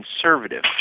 conservative